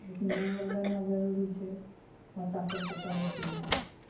लेकिन ओ लेनाइ जरुरी छै बच्चा सभके पढ़ैके लिए